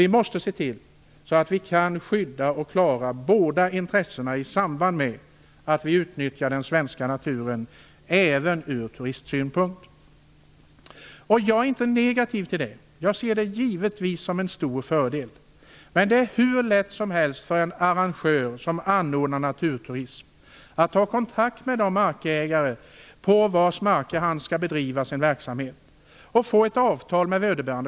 Vi måste se till att vi kan skydda båda dessa intressen i samband med att vi utnyttjar den svenska naturen även ur turistsynpunkt. Jag är inte negativ till det. Jag ser det givetvis som en stor fördel. Men det är hur lätt som helst för en arrangör som anordnar naturturism att ta kontakt med de markägare på vars marker han skall bedriva sin verksamhet och få ett avtal med vederbörande.